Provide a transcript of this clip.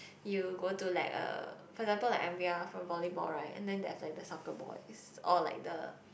you go to like uh for example like from volleyball right and then there is like the soccer boys or like the